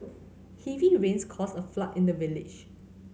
heavy rains caused a flood in the village